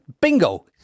bingo